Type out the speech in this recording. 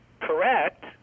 correct